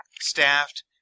staffed